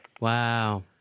Wow